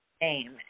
name